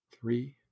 three